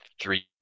three